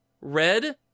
Red